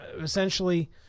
essentially